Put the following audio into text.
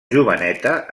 joveneta